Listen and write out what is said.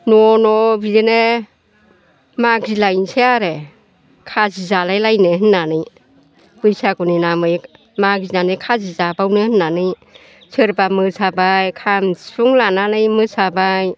न' न' बिदिनो मागि लायनोसै आरो खाजि जालायलायनो होननानै बैसागुनि नामै मागिनानै खाजि जाबावनो होननानै सोरबा मोसाबाय खाम सिफुं लानानै मोसाबाय